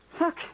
Look